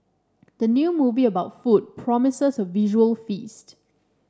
the new movie about food promises a visual feast